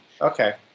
Okay